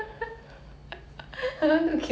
but